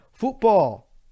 Football